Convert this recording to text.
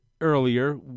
earlier